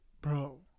bro